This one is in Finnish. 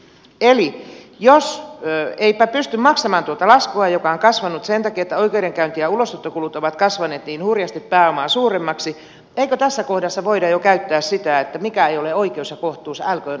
eli jos henkilö ei pysty maksamaan tuota laskua joka on kasvanut sen takia että oikeudenkäynti ja ulosottokulut ovat kasvaneet niin hurjasti pääomaa suuremmaksi eikö tässä kohdassa voida jo käyttää sitä että mikä ei ole oikeus ja kohtuus älköön olko lakikaan